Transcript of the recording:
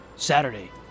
Saturday